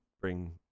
bring